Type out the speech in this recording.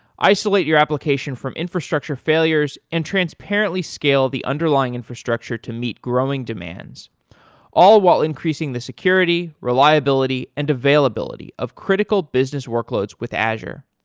isolate your application from infrastructure failures and transparently scale the underlying infrastructure to meet growing demands all while increasing the security, reliability and availability of critical business workloads with azure.